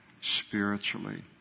spiritually